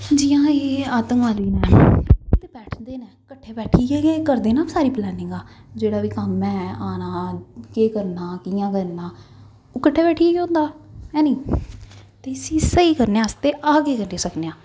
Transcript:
जि'यां एह् आतंकवादी न कट्ठे बैठदे न कट्ठे बैठियै गै एह् करदे ना सारी प्लैनिंगां जेह्ड़ा बी कम्म ऐ औना केह् करना कि'यां करना ओह् कट्ठे बैठियै गै होंदा है नी ते इस्सी स्हेई करने आस्तै अस केह् करी सकने आं